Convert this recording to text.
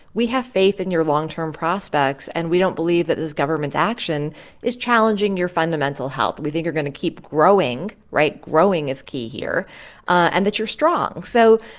we have faith in your long-term prospects. and we don't believe that this government's action is challenging your fundamental health. we think you're going to keep growing right? growing is key here and that you're strong. so,